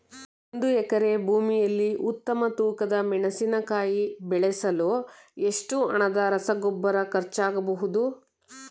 ಒಂದು ಎಕರೆ ಭೂಮಿಯಲ್ಲಿ ಉತ್ತಮ ತೂಕದ ಮೆಣಸಿನಕಾಯಿ ಬೆಳೆಸಲು ಎಷ್ಟು ಹಣದ ರಸಗೊಬ್ಬರ ಖರ್ಚಾಗಬಹುದು?